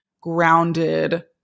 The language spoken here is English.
grounded